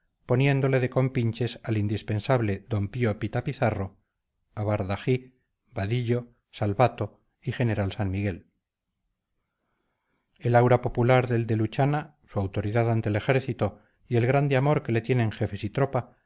poniéndole de compinches al indispensable d pío pita pizarro a bardají vadillo salvato y general san miguel el aura popular del de luchana su autoridad ante el ejército y el grande amor que le tienen jefes y tropa